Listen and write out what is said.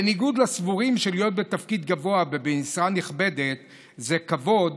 בניגוד לסבורים שלהיות בתפקיד גבוה ובמשרה נכבדת זה כבוד,